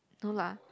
no lah